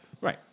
right